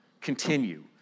Continue